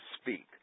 speak